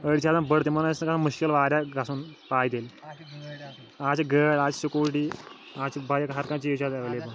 أڑۍ چھِ آسان بٕڑٕ تِمَن ٲسۍ مُشکِل واریاہ گژھُن پایدٔلۍ آز چھِ گٲڑۍ آز چھِ سکوٗٹی آز چھِ بایِک ہَر کانٛہہ چیٖز چھُ آز ایٚولیبٕل